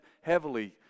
heavily